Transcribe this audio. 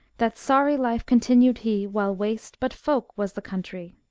that sa'ry life continued he. while waste but folk was the countrie.